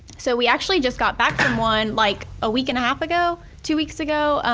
so we actually just got back from one like a week and a half ago, two weeks ago,